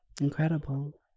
incredible